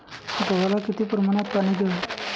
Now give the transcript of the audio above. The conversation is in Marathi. गव्हाला किती प्रमाणात पाणी द्यावे?